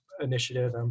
initiative